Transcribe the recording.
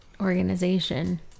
organization